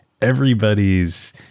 everybody's